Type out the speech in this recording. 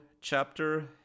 chapter